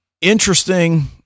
Interesting